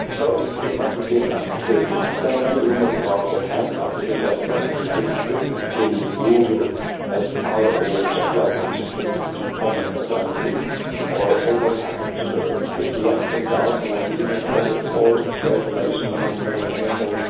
so it must have been a big time, there were many rumours what happened after the death of akhenaten did nefertiti rule as a pharaoh or just like hatshepsut and in the former ah dynasty or or what happened to her? it's left in the dark, you know we do not know, it's all speculation. nobody knows anything.